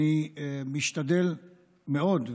אני משתדל מאוד,